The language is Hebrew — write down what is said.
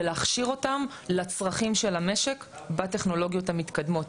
ולהכשיר אותם לצרכים של המשק בטכנולוגיות המתקדמות,